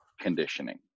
conditioning